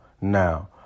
Now